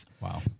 Wow